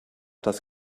das